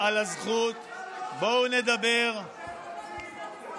עם פטור מחובת הנחה.